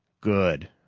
good.